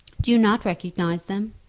do you not recognize them?